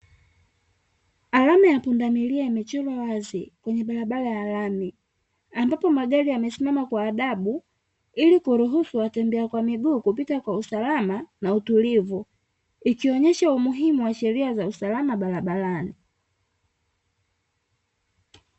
Alama ya pundamilia, imechorwa wazi kwenye barabara ya lami, ambapo magari yamesimama kwa adabu ili kuruhusu watembea kwa miguu kupita kwa usalama na utulivu, ikionyesha umuhimu wa sheria za usalama barabarani.